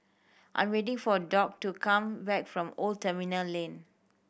I'm waiting for a Doc to come back from Old Terminal Lane